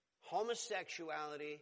homosexuality